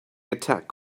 attack